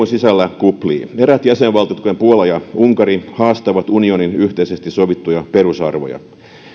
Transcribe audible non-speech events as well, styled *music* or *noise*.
*unintelligible* sisällä kuplii eräät jäsenvaltiot kuten puola ja unkari haastavat unionin yhteisesti sovittuja perusarvoja